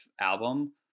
album